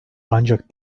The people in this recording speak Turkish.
ancak